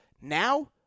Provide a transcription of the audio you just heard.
Now